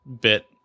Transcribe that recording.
bit